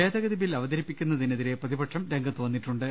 ഭേദഗതി ബിൽ അവതരിപ്പിക്കുന്നതിനെതിരെ പ്രതിപക്ഷം രംഗത്തു വന്നിട്ടുണ്ട്